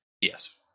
yes